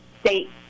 state